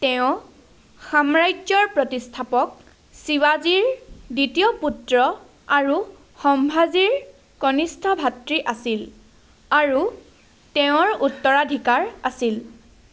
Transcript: তেওঁ সাম্ৰাজ্যৰ প্ৰতিষ্ঠাপক শিৱাজীৰ দ্বিতীয় পুত্ৰ আৰু সম্ভাজীৰ কনিষ্ঠ ভাতৃ আছিল আৰু তেওঁৰ উত্তৰাধিকাৰ আছিল